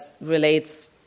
relates